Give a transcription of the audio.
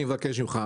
אני מבקש ממך,